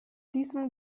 diesem